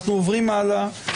אנחנו עוברים הלאה.